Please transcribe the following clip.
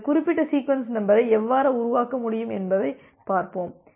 எனவே இந்த குறிப்பிட்ட சீக்வென்ஸ் நம்பரை எவ்வாறு உருவாக்க முடியும் என்பதைப் பார்ப்போம்